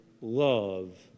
love